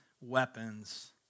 weapons